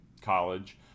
college